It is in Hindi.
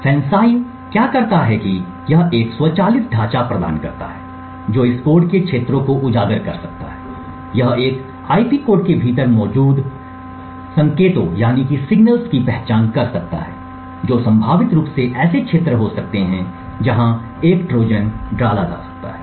FANCI क्या करता है कि यह एक स्वचालित ढांचा प्रदान करता है जो इस कोड के क्षेत्रों को उजागर कर सकता है यह एक आईपी कोड के भीतर मौजूद संकेतों की पहचान कर सकता है जो संभावित रूप से ऐसे क्षेत्र हो सकते हैं जहां एक ट्रोजन डाला जा सकता है